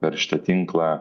per šitą tinklą